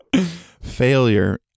failure